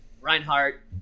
Reinhardt